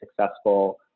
successful